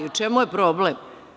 U čemu je problem?